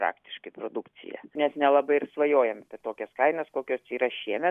praktiškai produkciją net nelabai ir svajojam apie tokias kainas kokios yra šiemet